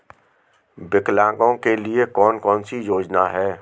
विकलांगों के लिए कौन कौनसी योजना है?